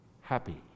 happy